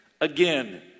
again